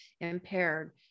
impaired